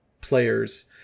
players